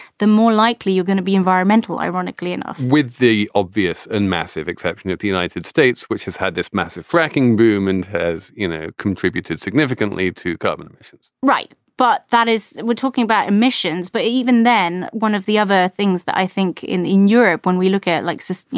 the more likely you're gonna be environmental, ironically enough, with the obvious and massive exception that the united states, which has had this massive fracking boom and has ah contributed significantly to carbon emissions right. but that is we're talking about emissions. but even then, one of the other things that i think in in europe, when we look at like so this, you